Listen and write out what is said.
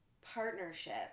partnership